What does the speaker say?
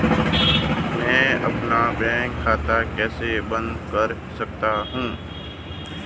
मैं अपना बैंक खाता कैसे बंद कर सकता हूँ?